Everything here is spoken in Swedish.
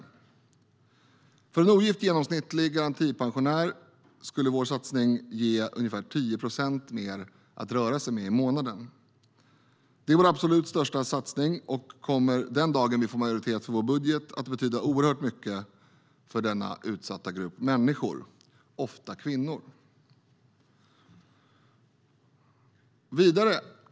För en ogift genomsnittlig garantipensionär skulle vår satsning ge ungefär 10 procent mer i månaden att röra sig med. Det är vår absolut största satsning och kommer, den dagen vi får majoritet för vår budget, att betyda oerhört mycket för denna utsatta grupp människor, ofta kvinnor.